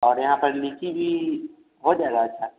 और यहाँ पर लीची भी हो जाएगा अच्छा